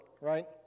right